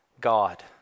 God